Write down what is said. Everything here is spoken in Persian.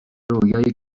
رویای